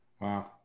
Wow